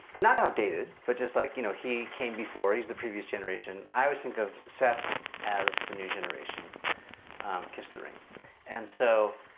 not outdated but just like, you know, he came before he's the previous generation. i always think of seth as the new generation kiss the ring and so